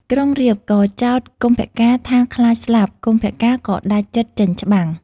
ក្រុងរាពណ៍ក៏ចោទ កុម្ពកាណ៍ថាខ្លាចស្លាប់ កុម្ពកាណ៍ក៏ដាច់ចិត្តចេញច្បាំង។